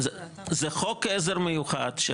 זה חוק עזר מיוחד.